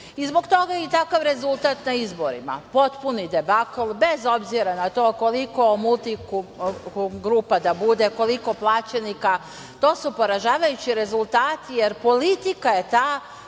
i zbog toga je takav rezultat na izborima – potpuni debakl, bez obzira na to koliko multikom grupa da bude, koliko plaćenika. To su poražavajući rezultati jer politika je ta